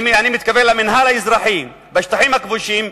אני מתכוון למינהל האזרחי בשטחים הכבושים,